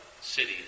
city